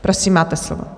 Prosím, máte slovo.